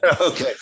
Okay